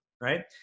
right